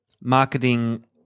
marketing